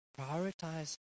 prioritize